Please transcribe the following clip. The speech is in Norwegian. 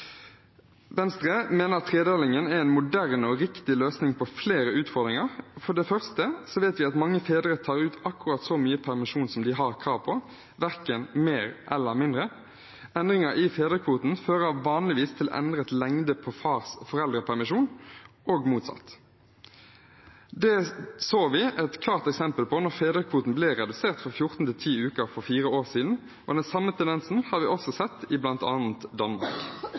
Venstre mener tredelingen er en moderne og riktig løsning på flere utfordringer. Vi vet at mange fedre tar ut akkurat så mye permisjon som de har krav på, verken mer eller mindre. Endringer i fedrekvoten fører vanligvis til endret lengde på fars foreldrepermisjon. Det så vi et klart eksempel på da fedrekvoten ble redusert fra 14 til 10 uker for fire år siden, og den samme tendensen har vi også sett i bl.a. Danmark.